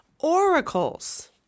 oracles